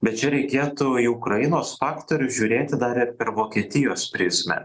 bet čia reikėtų į ukrainos faktorius žiūrėti dar ir per vokietijos prizmę